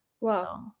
Wow